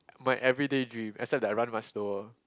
my everyday dream except that I run much slower